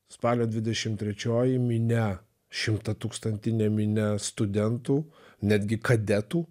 spalio dvidešim trečioji minia šimtatūkstantinė minia studentų netgi kadetų